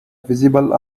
visible